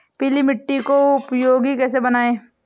पीली मिट्टी को उपयोगी कैसे बनाएँ?